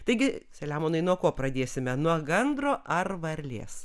taigi selemonai nuo ko pradėsime nuo gandro ar varlės